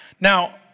Now